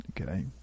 Okay